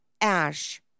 Ash